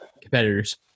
competitors